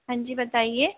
हाँ जी बताइए